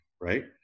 right